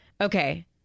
Okay